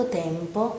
tempo